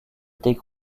était